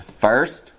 First